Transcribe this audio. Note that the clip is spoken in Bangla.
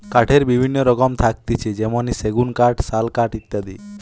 কাঠের বিভিন্ন রকম থাকতিছে যেমনি সেগুন কাঠ, শাল কাঠ ইত্যাদি